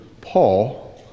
Paul